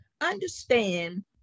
understand